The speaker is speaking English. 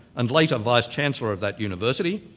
and later vice chancellor of that university,